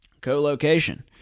co-location